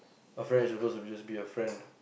a friend is suppose to be just be a friend